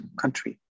country